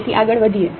તેથી આગળ વધીએ